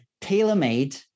tailor-made